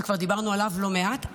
ודיברנו עליו לא מעט,